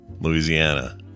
Louisiana